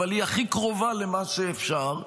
אבל היא הכי קרובה למה שאפשר,